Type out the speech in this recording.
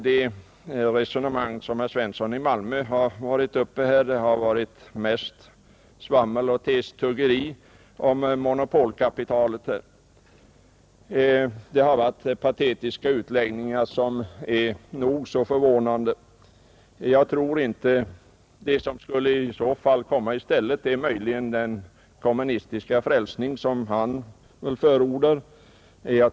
Det resonemang som herr Svensson i Malmö förde här förut i dag tycker jag var mest svammel och testuggeri om monopolkapitalet samt nog så förvånande i sina patetiska utläggningar. Det som i så fall skulle sättas i stället var möjligen den kommunistiska frälsning som herr Svensson förordar.